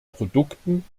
produkten